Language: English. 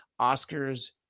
Oscars